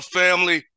family